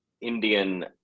indian